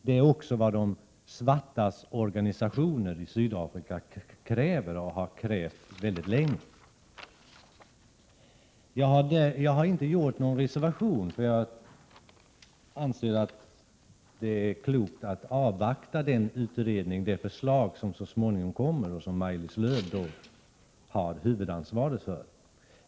Det är också vad de svartas organisationer i Sydafrika kräver och har krävt länge. Jag har inte reserverat i mig denna fråga. Jag anser att Prot. 1987/88:118 det är klokt att avvakta resultatet av den utredning som pågår och det förslag 10 maj 1988 som kommer att följa. Maj-Lis Lööw har huvudansvaret för dessa.